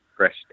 fresh